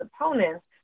opponents